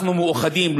אנחנו מאוחדים,